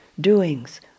doings